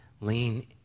Lean